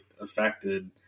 affected